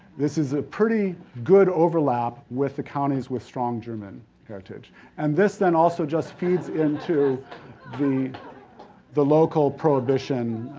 this is ah pretty good overlap with the counties with strong german heritage and this then also just feeds into the the local prohibition,